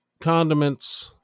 condiments